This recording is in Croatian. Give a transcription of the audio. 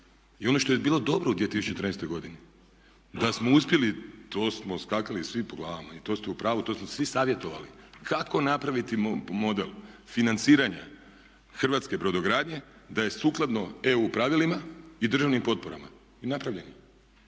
I ono što je bilo dobro u 2013. godini, da smo uspjeli, to smo skakali svi po glavama i to ste u pravu, to smo svi savjetovali kako napraviti model financiranja hrvatske brodogradnje da je sukladno EU pravilima i državnim potporama. I napravljen